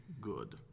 good